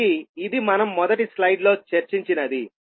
కాబట్టి ఇది మనం మొదటి స్లైడ్లో చర్చించినది